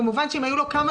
נכון, נכון.